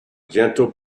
gentle